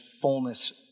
fullness